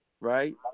right